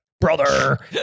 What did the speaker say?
Brother